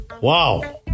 Wow